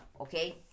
okay